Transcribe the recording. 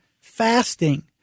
fasting